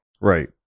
right